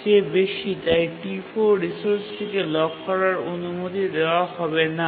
চেয়ে বেশি তাই T4 রিসোর্সটিকে লক করার অনুমতি দেওয়া হবে না